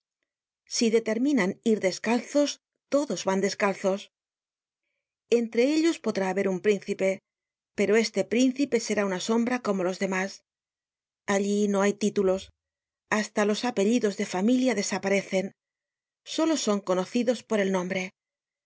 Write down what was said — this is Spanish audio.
si determinan ir descalzos todos an descalzos en tre ellos podrá haber un príncipe pero este príncipe será una sombra como los demás allí no hay títulos hasta los apellidos de familia desaparecen solo son conocidos por el nombre